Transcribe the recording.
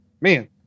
Man